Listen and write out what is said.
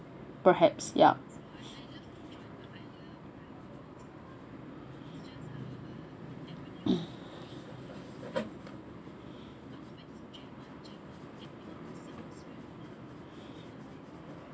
perhaps yup